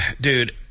dude